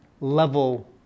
level